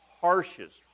harshest